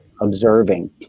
observing